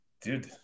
dude